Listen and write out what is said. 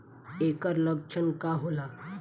ऐकर लक्षण का होला?